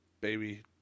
baby